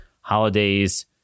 holidays